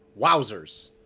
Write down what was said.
Wowzers